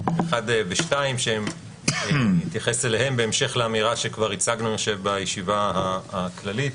ו-2 בהמשך לאמירה שכבר הצגנו בישיבה הכללית.